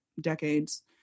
decades